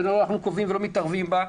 שאנחנו לא קובעים ולא מתערבים בה,